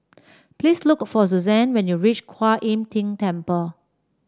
please look for Susanne when you reach Kuan Im Tng Temple